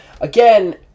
Again